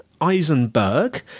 eisenberg